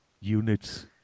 units